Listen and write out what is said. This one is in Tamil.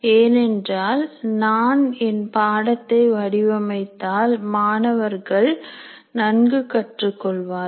ஏனென்றால் நான் என் பாடத்தை நன்கு வடிவமைத்தால் மாணவர்கள் நன்கு கற்றுக் கொள்வார்கள்